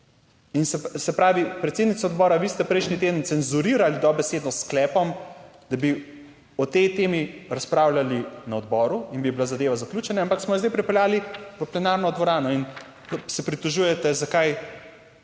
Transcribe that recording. In se pravi, predsednica odbora, vi ste prejšnji teden cenzurirali dobesedno s sklepom, 69. TRAK: (VP) 15.45 (nadaljevanje) da bi o tej temi razpravljali na odboru in bi bila zadeva zaključena, ampak smo jo zdaj pripeljali v plenarno dvorano in se pritožujete, zakaj